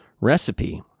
recipe